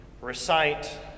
recite